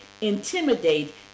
intimidate